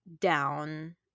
down